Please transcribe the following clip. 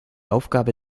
aufgabe